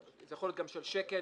זה יכול להיות גם של שקל